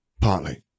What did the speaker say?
Partly